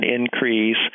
increase